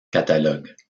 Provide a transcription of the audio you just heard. catalogues